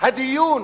הדיון